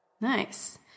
Nice